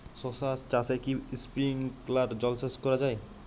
শশা চাষে কি স্প্রিঙ্কলার জলসেচ করা যায়?